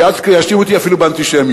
כי אז יאשימו אותי אפילו באנטישמיות,